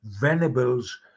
Venables